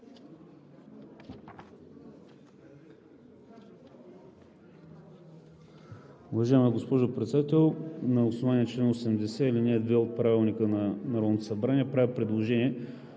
Уважаема госпожо Председател, на основание чл. 80, ал. 2 от Правилника на Народното събрание правя предложение